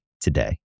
today